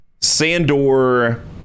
Sandor